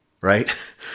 right